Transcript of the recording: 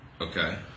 Okay